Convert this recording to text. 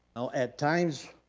now at times,